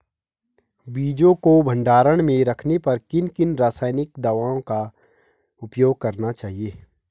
बीजों को भंडारण में रखने पर किन किन रासायनिक दावों का उपयोग करना चाहिए?